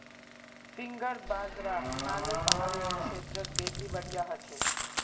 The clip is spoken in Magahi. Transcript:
फिंगर बाजरा हिमालय पहाड़ेर क्षेत्रत बेसी बढ़िया हछेक